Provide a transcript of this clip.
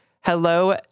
Hello